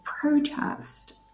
protest